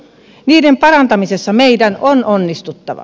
niiden parantamisessa meidän on onnistuttava